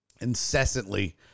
incessantly